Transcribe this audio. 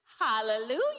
Hallelujah